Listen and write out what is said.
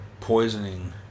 poisoning